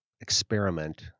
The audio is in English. experiment